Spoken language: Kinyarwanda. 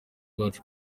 rwacu